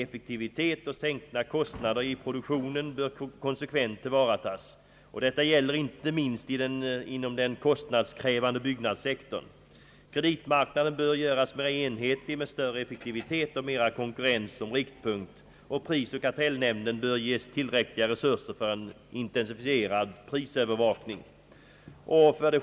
Effektivitet och sänkta kostnader i produktionen bör konsekvent tillvaratas. Det gäller inte minst inom den kostnadskrävande byggnadssektorn. Kreditmarknaden bör göras mer enhetlig, med större effektivitet och mer konkurrens som riktpunkt. Prisoch kartellnämnden bör ges tillräckliga resurser för en intensifierad prisövervakning.